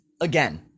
again